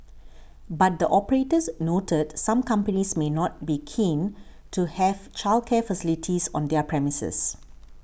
but the operators noted some companies may not be keen to have childcare facilities on their premises